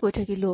গৈ থাকিলো